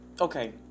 Okay